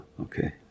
okay